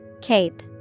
Cape